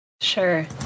Sure